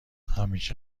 همیشه